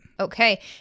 Okay